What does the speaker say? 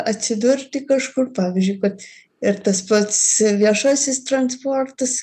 atsidurti kažkur pavyzdžiui kad ir tas pats viešasis transportas